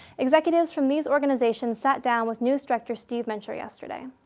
executives from these organizations sat down with news director, steve mencher yesterday.